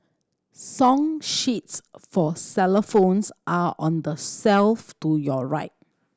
song sheets for xylophones are on the shelf to your right